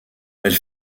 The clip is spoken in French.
elle